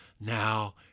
now